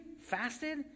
fasted